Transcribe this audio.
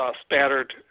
spattered